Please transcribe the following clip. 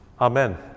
Amen